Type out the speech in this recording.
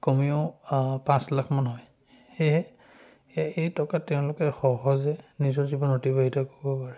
কমেও পাঁচ লাখমান হয় এই এই টকা তেওঁলোকে সহজে নিজৰ জীৱন অতিবাহিত কৰিব পাৰে